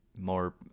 more